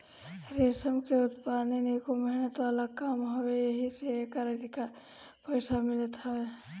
रेशम के उत्पदान एगो मेहनत वाला काम हवे एही से एकर अधिक पईसा मिलत हवे